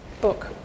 book